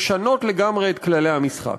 לשנות לגמרי את כללי המשחק.